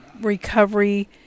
recovery